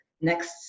Next